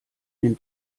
den